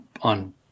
on